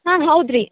ಹಾಂ ಹೌದ್ರಿ